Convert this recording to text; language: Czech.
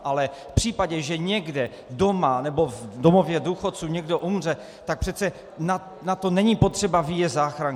Ale v případě, že někde doma nebo v domově důchodců někdo umře, tak přece na to není potřeba výjezd záchranky.